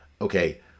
okay